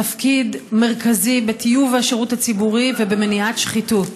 תפקיד מרכזי בטיוב השירות הציבורי ובמניעת שחיתות.